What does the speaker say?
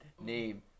name